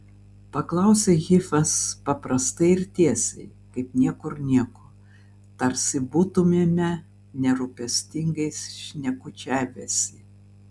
paklausė hifas paprastai ir tiesiai kaip niekur nieko tarsi būtumėme nerūpestingai šnekučiavęsi